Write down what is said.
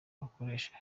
abakoresha